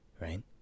right